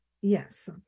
Yes